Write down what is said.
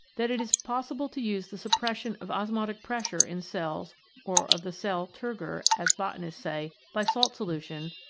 that it is possible to use the suppression of osmotic pressure in cells or of the cell turgor, as botanists say, by salt solution,